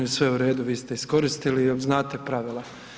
I sve uredu vi ste iskoristili jel znate pravila.